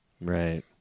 right